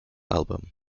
album